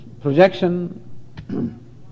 projection